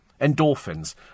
endorphins